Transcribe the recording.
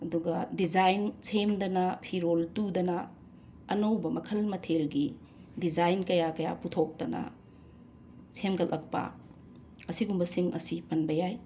ꯑꯗꯨꯒ ꯗꯤꯖꯥꯏꯟ ꯁꯦꯝꯗꯅ ꯐꯤꯔꯣꯜ ꯇꯨꯗꯅ ꯑꯅꯧꯕ ꯃꯈꯜ ꯃꯊꯦꯜꯒꯤ ꯗꯤꯖꯥꯏꯟ ꯀꯌꯥ ꯀꯌꯥ ꯄꯨꯊꯣꯛꯇꯅ ꯁꯦꯝꯒꯠꯂꯛꯄ ꯑꯁꯤꯒꯨꯝꯕꯁꯤꯡ ꯑꯁꯤ ꯄꯟꯕ ꯌꯥꯏ